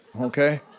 okay